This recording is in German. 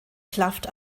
klafft